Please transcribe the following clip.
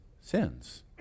sins